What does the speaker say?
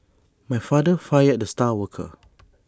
my father fired the star worker